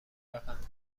قند